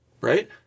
Right